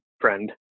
friend